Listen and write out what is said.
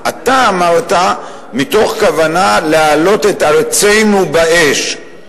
אתה אמרת: מתוך כוונה להעלות את ארצנו באש,